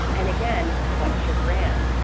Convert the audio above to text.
and again what's your brand?